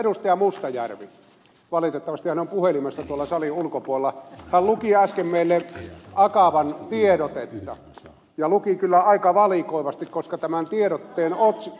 mustajärvi valitettavasti hän on puhelimessa tuolla salin ulkopuolella luki äsken meille akavan tiedotetta ja luki kyllä aika valikoivasti koska tämän tiedotteen otsikko